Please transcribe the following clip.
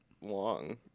long